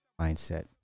mindset